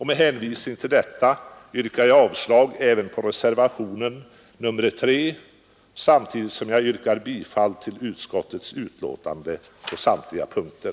Med hänvisning till det anförda yrkar jag avslag även på reservationen 3, samtidigt som jag yrkar bifall till utskottets förslag på alla punkter.